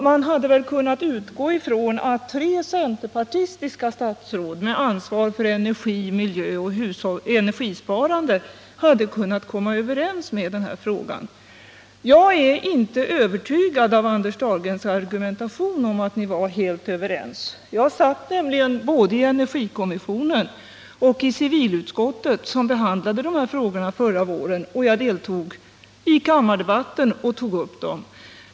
Man hade väl kunnat utgå från att tre centerpartistiska statsråd med ansvar för energi, miljö och energisparande hade kunnat komma överens i denna fråga. Jag känner mig inte övertygad av Anders Dahlgrens argumentation om att ni var helt överens. Jag satt nämligen både i energikommissionen och i civilutskottet, som behandlade dessa frågor förra året, och jag tog också upp dem i kammardebatten.